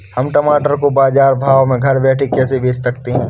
हम टमाटर को बाजार भाव में घर बैठे कैसे बेच सकते हैं?